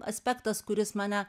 aspektas kuris mane